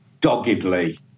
doggedly